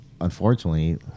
unfortunately